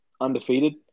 Undefeated